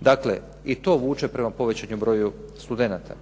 Dakle, i to vuče prema povećanom broju studenata.